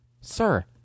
Sir